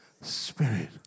Spirit